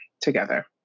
together